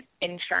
insurance